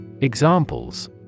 Examples